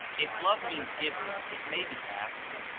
if love means giving, it may be asked,